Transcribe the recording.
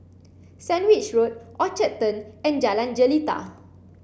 Sandwich Road Orchard Turn and Jalan Jelita